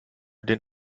den